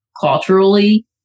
culturally